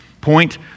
point